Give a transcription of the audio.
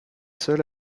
seuls